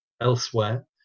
elsewhere